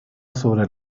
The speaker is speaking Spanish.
sobre